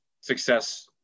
success